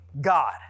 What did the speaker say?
God